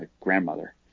grandmother